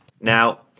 Now